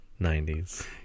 90s